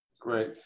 Great